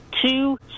two